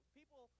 people